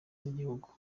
z’igihugu